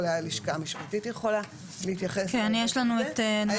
אולי הלשכה המשפטית יכולה להתייחס לעניין הזה.